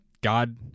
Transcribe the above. God